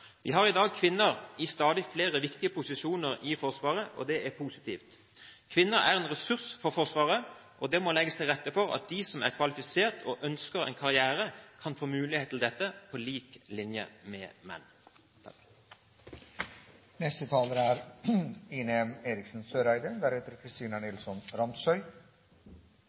Vi har i dag kvinner i stadig flere viktige posisjoner i Forsvaret, og det er positivt. Kvinner er en ressurs for Forsvaret, og det må legges til rette for at de som er kvalifisert og ønsker en karriere, kan få mulighet til dette på lik linje med menn.